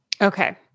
Okay